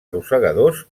rosegadors